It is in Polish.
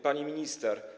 Pani Minister!